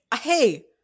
Hey